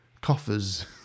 coffers